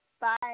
Bye